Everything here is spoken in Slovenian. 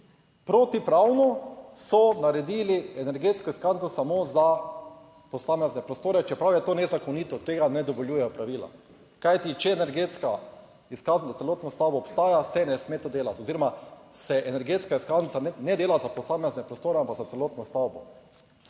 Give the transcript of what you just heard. Protipravno so naredili energetsko izkaznico samo za posamezne prostore, čeprav je to nezakonito, tega ne dovoljujejo pravila. Kajti, če energetska izkaznica za celotno stavbo obstaja, se ne sme to delati oziroma se energetska izkaznica ne dela za posamezne prostore, ampak za celotno stavbo.